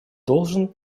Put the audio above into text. должен